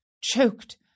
choked